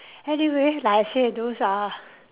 anyway like I say those are